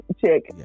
chick